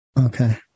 okay